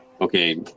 okay